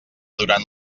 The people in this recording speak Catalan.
durant